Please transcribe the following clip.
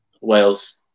Wales